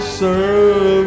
serve